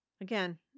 Again